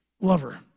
lover